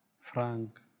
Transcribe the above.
Frank